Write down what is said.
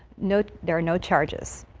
no there are no charges.